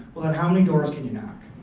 well then how many doors can you knock?